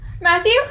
Matthew